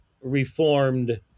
reformed